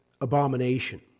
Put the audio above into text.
abomination